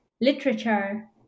literature